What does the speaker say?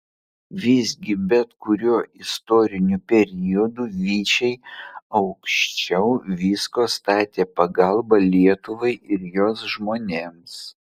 visgi bet kuriuo istoriniu periodu vyčiai aukščiau visko statė pagalbą lietuvai ir jos žmonėms